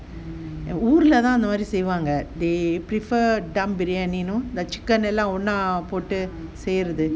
எங்க ஊர்ல தான் அந்த மாறி செய்வாங்க:enga oorla thaan apdi seyvaanga they prefer dum biryani know the chicken எல்லாம் ஒண்ணா போட்டு:ellaa onna pottu